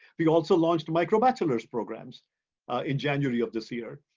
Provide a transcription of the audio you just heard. we also launched microbachelors programs in january of this year.